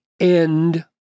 end